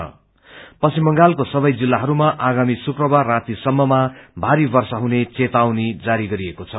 र् पश्चिम बंगालको सवै जिललाहरूमा आगामी शुक्कवार राती सम्ममा भारी वर्षा हुने चेतावनी जारी गरिएको छ